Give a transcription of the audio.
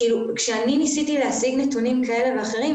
כשאני ניסיתי להשיג נתונים כאלה ואחרים,